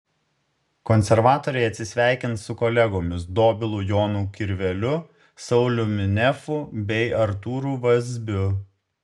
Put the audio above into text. konservatoriai atsisveikins su kolegomis dobilu jonu kirveliu sauliumi nefu bei artūru vazbiu